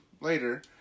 later